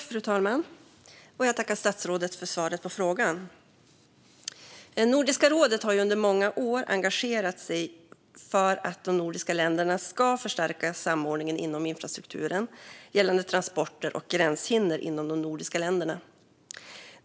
Fru talman! Jag tackar statsrådet för svaret på frågan. Nordiska rådet har under många år engagerat sig för att de nordiska länderna ska förstärka samordningen när det gäller infrastrukturen för transporter och gränshinder inom de nordiska länderna.